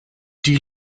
die